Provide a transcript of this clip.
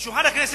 על שולחן הכנסת,